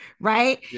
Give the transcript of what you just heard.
right